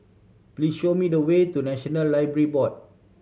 please show me the way to National Library Board